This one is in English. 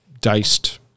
diced